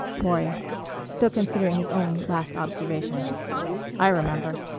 maury still considering his own last observation i remember.